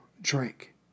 drink